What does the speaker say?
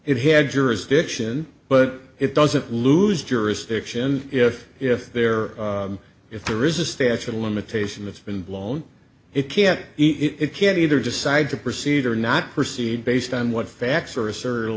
it had jurisdiction but it doesn't lose jurisdiction if if there if there is a statute of limitation that's been blown it can it can either decide to proceed or not proceed based on what facts or